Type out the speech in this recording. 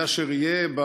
יהיה אשר יהיה,